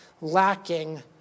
lacking